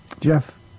Jeff